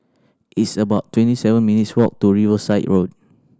it's about twenty seven minutes' walk to Riverside Road